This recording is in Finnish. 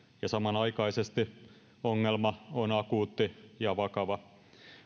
ja samanaikaisesti ongelma on akuutti ja vakava